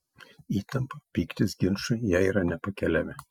įtampa pyktis ginčai jai yra nepakeliami